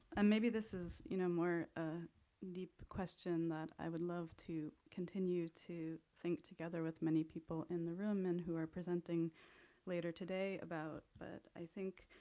and maybe this is, you know, more deep question that i would love to continue to think together with many people in the room and who are presenting later today about. but i think,